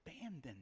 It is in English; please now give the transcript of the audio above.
abandoned